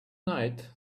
night